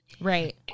Right